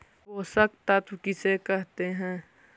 पोषक तत्त्व किसे कहते हैं?